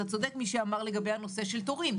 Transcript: צודק מי שאמר לגבי הנושא של התורים,